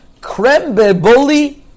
Krembeboli